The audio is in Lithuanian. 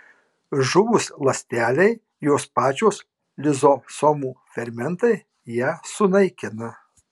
žuvus ląstelei jos pačios lizosomų fermentai ją sunaikina